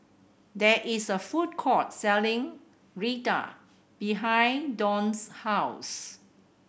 there is a food court selling Raita behind Donte's house